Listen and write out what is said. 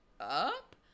up